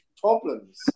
problems